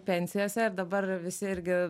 pensijose ir dabar visi irgi